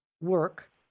work